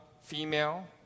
female